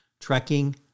Trekking